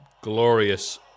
glorious